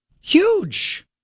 Huge